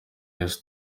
yesu